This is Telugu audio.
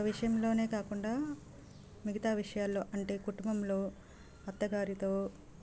ఒక విషయంలోనే కాకుండా మిగతా విషయాల్లో అంటే కుటుంబంలో అత్తగారితో